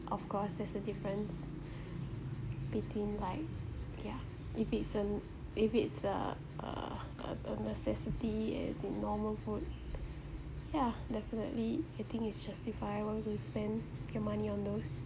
of course there's a difference between like yeah if it's a if it's a uh uh a necessity as in normal food yeah definitely eating is justifiable to spend your money on those